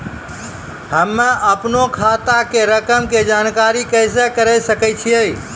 हम्मे अपनो खाता के रकम के जानकारी कैसे करे सकय छियै?